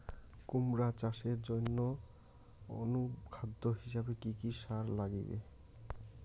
কুমড়া চাষের জইন্যে অনুখাদ্য হিসাবে কি কি সার লাগিবে?